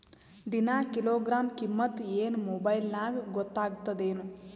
ದಿನಾ ಕಿಲೋಗ್ರಾಂ ಕಿಮ್ಮತ್ ಏನ್ ಮೊಬೈಲ್ ನ್ಯಾಗ ಗೊತ್ತಾಗತ್ತದೇನು?